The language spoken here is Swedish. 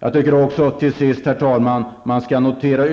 Jag tycker också till sist, herr talman, att man ytterligare skall